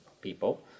people